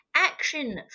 Action